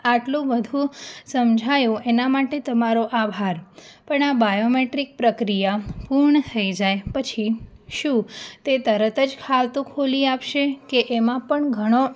આટલું બધું સમજાવ્યું એના માટે તમારો આભાર પણ આ બાયોમેટ્રિક પ્રક્રિયા પૂર્ણ થઇ જાય પછી શું તે તરત જ ખાતું ખોલી આપશે કે એમાં પણ ઘણો